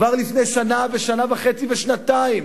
כבר לפני שנה ושנה-וחצי ושנתיים